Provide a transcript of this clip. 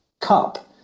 cup